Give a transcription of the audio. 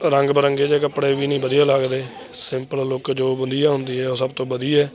ਰੰਗ ਬਿਰੰਗੇ ਜਿਹੇ ਕੱਪੜੇ ਵੀ ਨਹੀਂ ਵਧੀਆ ਲੱਗਦੇ ਸਿੰਪਲ ਲੁਕ ਜੋ ਵਧੀਆ ਹੁੰਦੀ ਹੈ ਉਹ ਸਭ ਤੋਂ ਵਧੀਆ